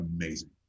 amazing